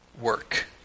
work